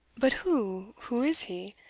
but who who is he?